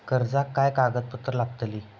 कर्जाक काय कागदपत्र लागतली?